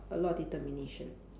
a lot of determination